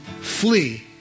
flee